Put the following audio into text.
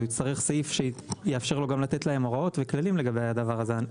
הוא יצטרך סעיף שיאפשר לו גם לתת להם הוראות וכללים לגבי הדבר הזה.